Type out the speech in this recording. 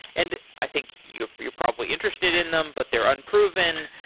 and i think you're you're probably interested in them, but they're unproven.